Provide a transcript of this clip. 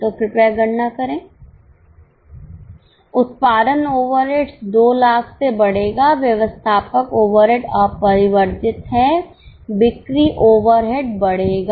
तो कृपया गणना करें उत्पादन ओवरहेड्स 200000 से बढ़ेगा व्यवस्थापक ओवरहेड अपरिवर्तित हैं बिक्री ओवरहेड बढ़ेगा